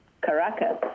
Caracas